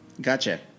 gotcha